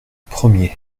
premier